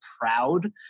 proud